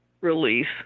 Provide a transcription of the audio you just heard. release